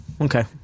okay